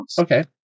Okay